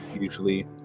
usually